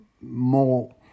more